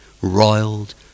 Roiled